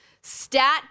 stat